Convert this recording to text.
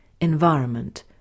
Environment